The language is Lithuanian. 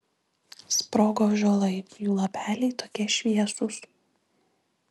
sprogo ąžuolai jų lapeliai tokie šviesūs